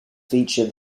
feature